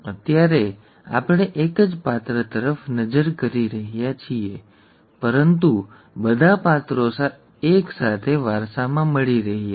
અત્યારે આપણે એક જ પાત્ર તરફ નજર કરી રહ્યા છીએ પરંતુ બધાં પાત્રો એક સાથે વારસામાં મળી રહ્યાં છે